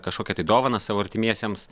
kažkokią tai dovaną savo artimiesiems